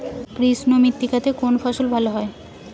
কৃষ্ণ মৃত্তিকা তে কোন ফসল ভালো হয়?